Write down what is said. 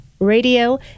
radio